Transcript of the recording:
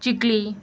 चिकली